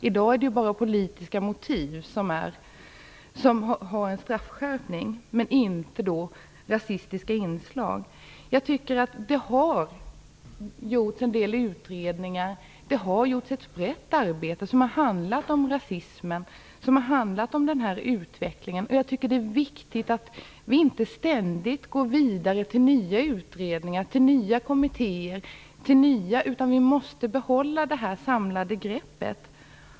I dag är det bara politiska motiv som har fått en straffskärpning, inte rasistiska inslag. Det har gjorts en del utredningar. Det har gjorts ett brett arbete som har handlat om rasismen och dess utveckling. Jag tycker att det är viktigt att vi inte ständigt går vidare till nya utredningar och nya kommittéer. Vi måste behålla det samlade greppet.